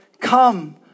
Come